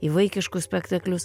į vaikiškus spektaklius